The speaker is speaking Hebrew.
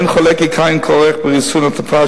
אין חולק כי קיים כורח בריסון התופעה